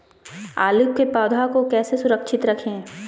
आलू के पौधा को कैसे सुरक्षित रखें?